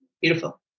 beautiful